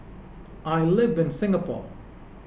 I live in Singapore